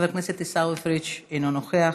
חבר הכנסת עיסאווי פריג' אינו נוכח,